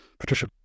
Patricia